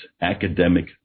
academic